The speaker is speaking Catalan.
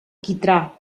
quitrà